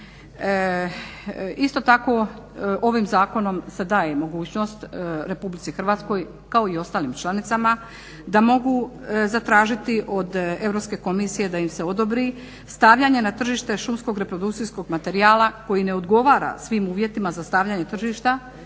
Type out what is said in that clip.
Isto tako ovim zakonom se daje mogućnost RH kao i ostalim članicama da mogu zatražiti od Europske komisije da im se odobri stavljanje na tržište šumskog reprodukcijskog materijala koji ne odgovara svim uvjetima za stavljanje tržišta